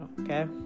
Okay